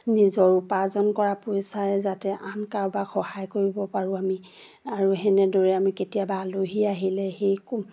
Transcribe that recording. নিজৰ উপাৰ্জন কৰা পইচাৰে যাতে আন কাৰোবাক সহায় কৰিব পাৰোঁ আমি আৰু সেনেদৰে আমি কেতিয়াবা আলহী আহিলে সেই